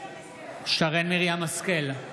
שרן מרים השכל,